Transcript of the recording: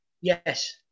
Yes